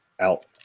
out